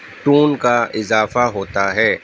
tone کا اضافہ ہوتا ہے